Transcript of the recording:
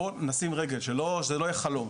בוא נשים רגל על מנת שזה לא יחלוף,